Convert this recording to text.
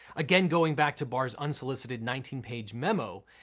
again, going back to barr's unsolicited nineteen page memo,